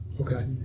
Okay